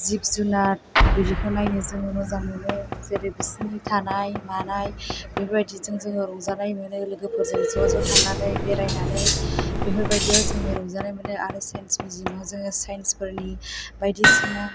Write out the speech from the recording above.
जिब जुनाद बिदिखौ नायनो जों मोजां मोनो जेरै बिसोरनि थानाय मानाय बेफोरबायदिजों जों रंजानाय मोनो लोगोफोरजों ज' ज' थांनानै बेरायनानै बेफोरबायदियाव जोङो रंजानाय मोनो आरो साइन्स मिउजियामआव जों साइन्सफोरनि बायदिसिना